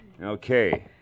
Okay